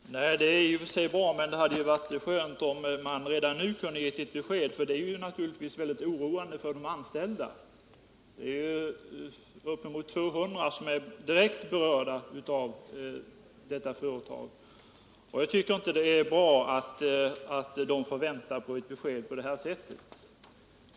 Herr talman! Det är i och för sig bra, men det hade varit skönt om man redan nu hade kunnat ge ett besked. Situationen är naturligtvis mycket oroande för de anställda. Det är uppemot 200 personer som är direkt berörda av detta företag. Jag tycker inte att det är riktigt bra att dessa människor på det här sättet skall behöva vänta på ett besked.